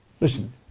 Listen